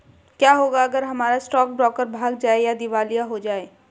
क्या होगा अगर हमारा स्टॉक ब्रोकर भाग जाए या दिवालिया हो जाये?